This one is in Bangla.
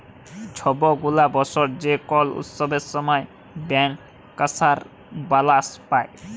ছব গুলা বসর যে কল উৎসবের সময় ব্যাংকার্সরা বলাস পায়